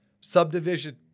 subdivision